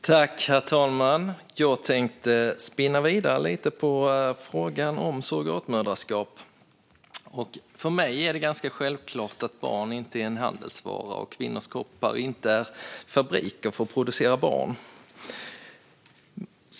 Herr talman! Jag tänkte spinna vidare lite på frågan om surrogatmoderskap. För mig är det ganska självklart att barn inte är en handelsvara och att kvinnors kroppar inte är fabriker för att producera barn.